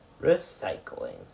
Recycling